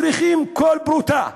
צריכים כל פרוטה.